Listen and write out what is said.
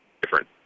different